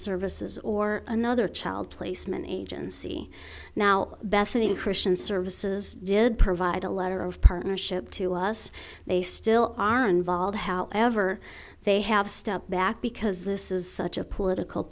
services or another child placement agency now bethany christian services did provide a letter of partnership to us they still are involved however they have stepped back because this is such a political